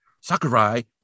Sakurai